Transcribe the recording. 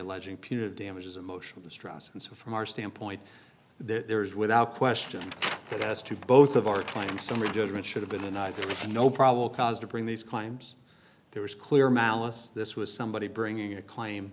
alleging punitive damages emotional distress and so from our standpoint there's without question yes to both of our time summary judgment should have been either we had no probable cause to bring these claims there was clear malice this was somebody bringing a claim